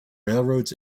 railroads